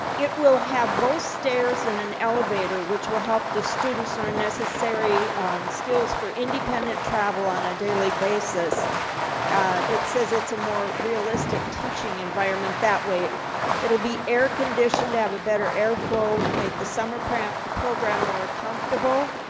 it will have both stairs and an elevator which will help the students are necessary skills for independent travel on a daily basis it says it's a more realistic teaching environment that way it'll be air conditioned to have a better air flow to make the summer print the program are comfortable